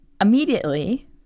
immediately